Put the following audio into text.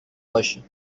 باشین